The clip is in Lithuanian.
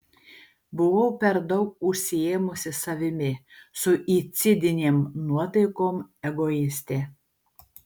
buvau per daug užsiėmusi savimi suicidinėm nuotaikom egoistė